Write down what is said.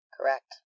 Correct